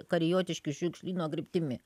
kariotiškių šiukšlyno kryptimi